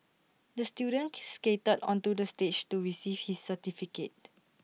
the student skated onto the stage to receive his certificate